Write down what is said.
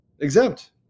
Exempt